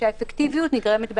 שהאפקטיביות מושגת באכיפה.